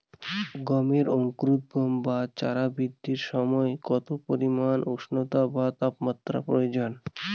গমের অঙ্কুরোদগম ও চারা বৃদ্ধির সময় কত পরিমান উষ্ণতা বা তাপমাত্রা প্রয়োজন?